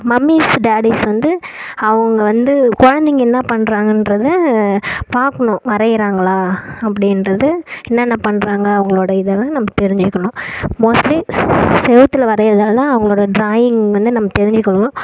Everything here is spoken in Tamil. மம்மிஸ் டாடிஸ் வந்து அவங்க வந்து குழந்தைங்க என்னா பண்ணுறாங்கன்றத பார்க்கணும் வரையறாங்களா அப்டின்றது என்னென்ன பண்ணுறாங்க அவங்களோட இதெல்லாம் நம்ம தெரிஞ்சுக்கணும் மோஸ்ட்லி செவத்துல வரையறதால தான் அவங்களோட ட்ராயிங் வந்து நம்ம தெரிஞ்சுக்கொள்வோம்